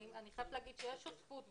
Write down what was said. אני חייבת להגיד שיש שותפות,